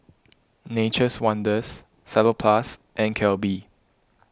Nature's Wonders Salonpas and Calbee